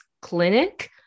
clinic